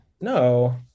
no